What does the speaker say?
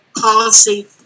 policy